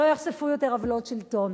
שלא יחשפו יותר עוולות שלטון.